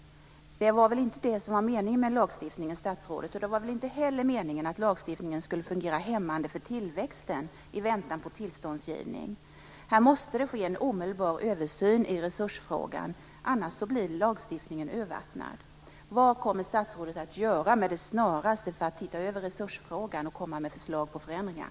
Det var väl inte det som var meningen med lagstiftningen, statsrådet? Och det var väl inte heller meningen att lagstiftningen skulle fungera hämmande för tillväxten i väntan på tillståndsgivning? Här måste det ske en omedelbar översyn i resursfrågan, annars blir lagstiftningen urvattnad. Vad kommer statsrådet att göra med det snaraste för att se över resursfrågan och komma med förslag till förändringar?